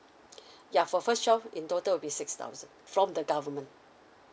ya for first child in total will be six thousand from the government